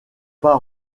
pas